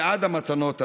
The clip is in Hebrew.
בעד המתנות הללו,